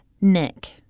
Nick